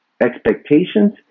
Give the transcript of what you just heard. expectations